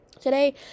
today